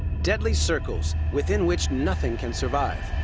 deadly circles, within which nothing can survive.